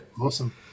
Awesome